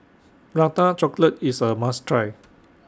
Prata Chocolate IS A must Try